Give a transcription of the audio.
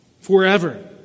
Forever